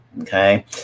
okay